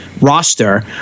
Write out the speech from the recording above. roster